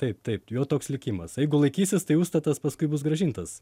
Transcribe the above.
taip taip jo toks likimas jeigu laikysis tai užstatas paskui bus grąžintas